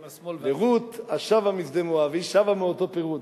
ורות, השבה משדה מואב, היא שבה מאותו פירוד.